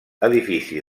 edifici